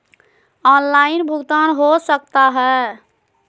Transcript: Online भुगतान हो सकता है?